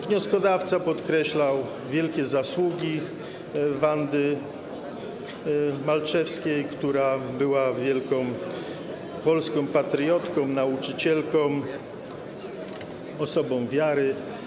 Wnioskodawca podkreślał wielkie zasługi Wandy Malczewskiej, która była wielką polską patriotką, nauczycielką, osobą wiary.